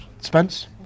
Spence